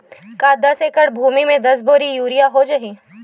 का दस एकड़ भुमि में दस बोरी यूरिया हो जाही?